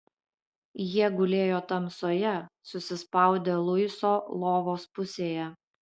jie gulėjo tamsoje susispaudę luiso lovos pusėje